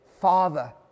father